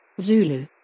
Zulu